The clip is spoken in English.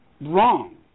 wrong